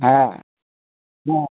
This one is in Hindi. हाँ न